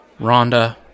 Rhonda